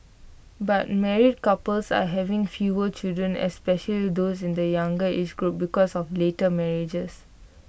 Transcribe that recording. but married couples are having fewer children especially those in the younger age groups because of later marriages